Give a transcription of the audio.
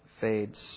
fades